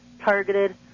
targeted